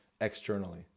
externally